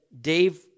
Dave